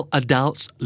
adults